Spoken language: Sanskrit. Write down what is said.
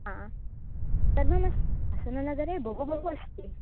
हा सर्वमस्ति हासननगरे बहु बहु अस्ति